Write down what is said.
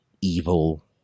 evil